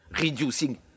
reducing